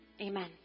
amen